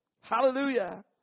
Hallelujah